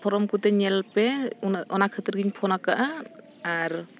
form ᱠᱚᱛᱤᱧ ᱧᱮᱞ ᱯᱮ ᱩᱱᱟᱹᱜ ᱚᱱᱟ ᱠᱷᱟᱹᱛᱤᱨ ᱜᱮᱧ ᱯᱷᱳᱱ ᱟᱠᱟᱫᱼᱟ ᱟᱨ